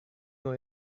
nur